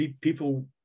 people